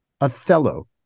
Othello